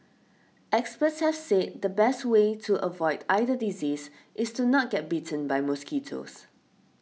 experts have said the best way to avoid either disease is to not get bitten by mosquitoes